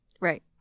Right